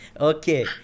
Okay